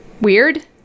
weird